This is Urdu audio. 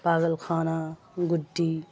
پاگل خانہ گڈی